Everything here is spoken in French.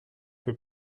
que